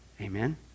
Amen